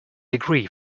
degree